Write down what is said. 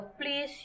Please